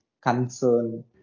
concern